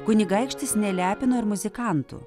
kunigaikštis nelepino ir muzikantų